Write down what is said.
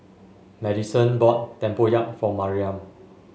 Maddison bought Tempoyak for Mariam